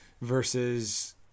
versus